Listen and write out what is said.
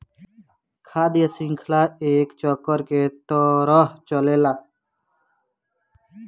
खाद्य शृंखला एक चक्र के तरह चलेला